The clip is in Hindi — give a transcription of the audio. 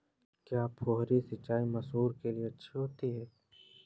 क्या फुहारी सिंचाई मसूर के लिए अच्छी होती है?